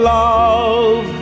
love